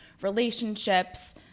relationships